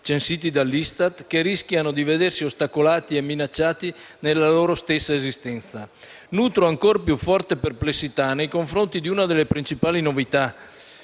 censiti dall'ISTAT, che rischiano di vedersi ostacolati e minacciati nella loro stessa esistenza. Nutro ancor più forte perplessità nei confronti di una delle principali novità,